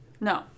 No